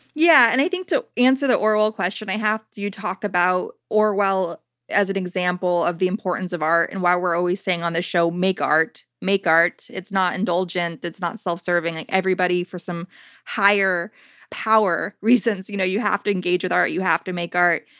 yeah and i think to answer the orwell question, i have to talk about orwell as an example of the importance of art and why we're always saying on the show, make art. make art. it's not indulgent. it's not self-serving. like everybody, for some higher power reasons. you know you have to engage with art. you have to make art.